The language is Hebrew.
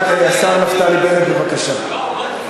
השר נפתלי בנט, בבקשה.